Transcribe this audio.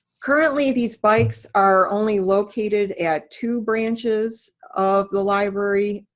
currently these bikes are only located at two branches of the library.